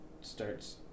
Starts